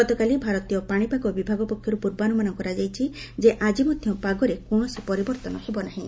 ଗତକାଲି ଭାରତୀୟ ପାଣିପାଗ ବିଭାଗ ପକ୍ଷରୁ ପ୍ରର୍ବାନୁମାନ କରାଯାଇଛି ଯେ ଆଜି ମଧ୍ୟ ପାଗରେ କୌଣସି ପରିବର୍ତ୍ତନ ହେବ ନାହିଁ